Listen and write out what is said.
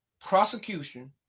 prosecution